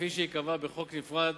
כפי שייקבע בחוק נפרד